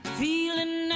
feeling